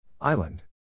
Island